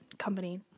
company